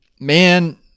man